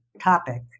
topic